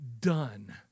done